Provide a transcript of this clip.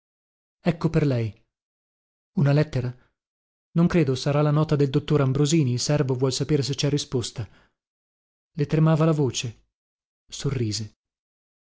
ecco per lei una lettera non credo sarà la nota del dottor ambrosini il servo vuol sapere se cè risposta le tremava la voce sorrise